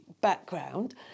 background